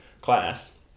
class